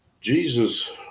jesus